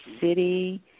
city